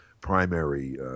primary